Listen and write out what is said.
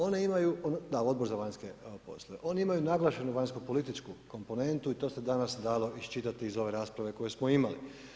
One imaju, da Odbor za vanjske poslove, oni imaju naglašenu vanjsko političku komponentu i to se danas dalo iščitati iz ove rasprave koju smo imali.